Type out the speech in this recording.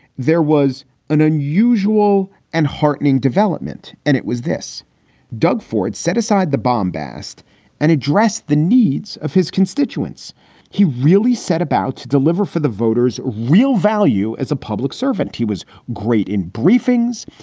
there was an unusual and heartening development, and it was this doug ford set aside the bombast and address the needs of his constituents he really set about to deliver for the voters real value as a public servant. he was great in briefings.